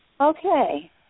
Okay